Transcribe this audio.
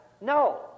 No